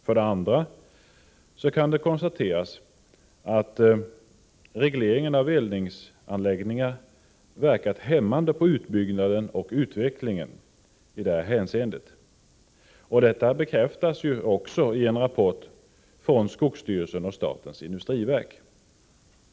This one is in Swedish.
För det andra kan det konstateras att regleringen av eldningsanläggningar verkat hämmande på utbyggnaden och utvecklingen i det här hänseendet. Detta bekräftas också i en rapport från skogsstyrelsen och statens industriverk.